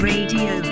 Radio